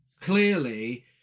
clearly